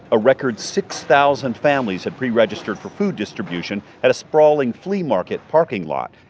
a record six thousand families had pre-registered for food distribution at a sprawling flea market parking lot.